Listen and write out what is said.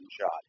shot